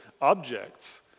objects